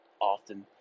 often